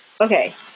okay